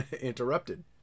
interrupted